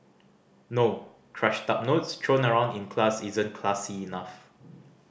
no crushed up notes thrown around in class isn't classy enough